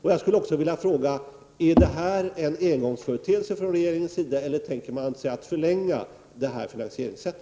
Jag skulle också vilja fråga om detta är en engångsföreteelse från regeringens sida eller om den tänker sig att förlänga detta finansieringssätt.